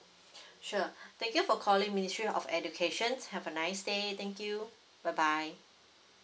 sure thank you for calling ministry of education have a nice day thank you bye bye